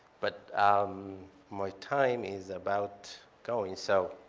but my time is about going. so